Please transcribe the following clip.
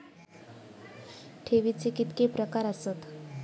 ठेवीचे कितके प्रकार आसत?